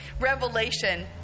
revelation